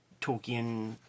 Tolkien